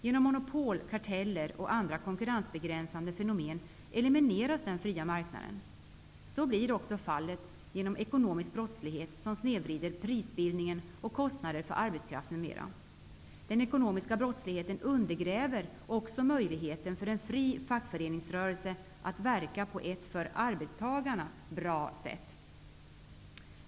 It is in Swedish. Genom monopol, karteller och andra konkurrensbegränsande fenomen elimineras den fria marknaden. Så blir också fallet genom ekonomisk brottslighet som snedvrider prisbildningen och kostnader för arbetskraft m.m. Den ekonomiska brottsligheten undergräver också möjligheten för en fri fackföreningsrörelse att verka på ett för arbetstagarna bra sätt.